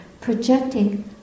projecting